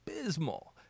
abysmal